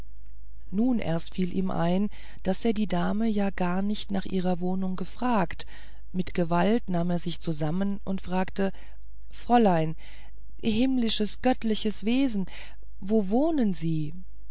nun erst fiel ihm ein daß er die dame ja gar nicht nach ihrer wohnung gefragt mit gewalt nahm er sich zusammen und fragte fräulein himmlisches göttliches wesen wo wohnen sie